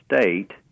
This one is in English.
state